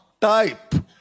type